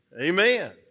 Amen